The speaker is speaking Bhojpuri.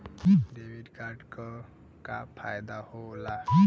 डेबिट कार्ड क का फायदा हो ला?